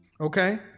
Okay